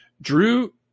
drew